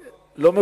לא.